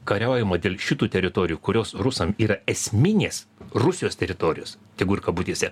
kariaujama dėl šitų teritorijų kurios rusam yra esminės rusijos teritorijos tegu ir kabutėse